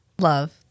love